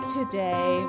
Today